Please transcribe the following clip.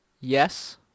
Yes